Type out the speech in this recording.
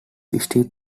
still